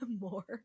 more